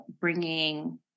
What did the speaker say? bringing